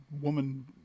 woman